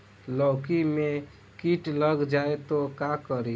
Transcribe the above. लौकी मे किट लग जाए तो का करी?